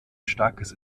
starkes